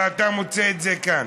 ואתה מוצא את זה כאן.